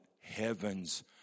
heaven's